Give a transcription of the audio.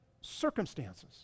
circumstances